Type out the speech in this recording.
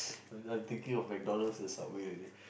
I'm I'm thinking of McDonald's and Subway already